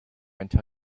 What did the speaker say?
until